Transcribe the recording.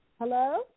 hello